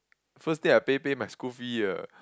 first thing I pay pay my school fees ah